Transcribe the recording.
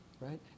right